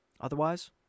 Otherwise